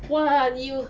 !wah! you